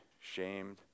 shamed